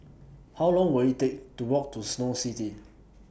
How Long Will IT Take to Walk to Snow City